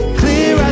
clear